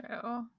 True